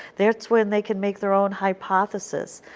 that's when they can make their own hypothesis.